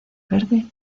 verde